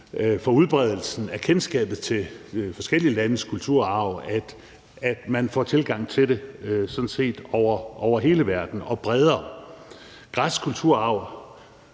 for udbredelsen af kendskabet til forskellige landes kulturarv, at man får tilgang til det bredere og sådan set over hele verden. Græsk kulturarv